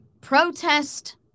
protest